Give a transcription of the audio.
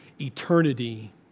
eternity